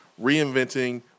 Reinventing